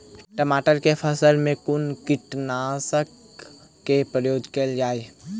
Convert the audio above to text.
टमाटर केँ फसल मे कुन कीटनासक केँ प्रयोग कैल जाय?